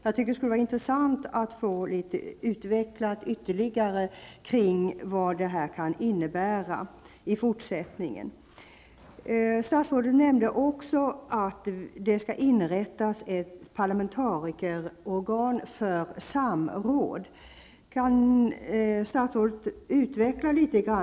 Det skulle vara intressant om statsrådet litet grand ytterligare ville utveckla vad detta kan innebära i fortsättningen. Statsrådet nämnde också att det skall inrättas ett parlamentarikerorgan för samråd. Kan statsrådet utveckla detta litet grand?